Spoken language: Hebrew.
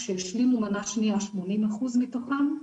כשהשלימו מנה שנייה 80% מתוכם.